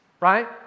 Right